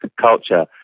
culture